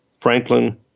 Franklin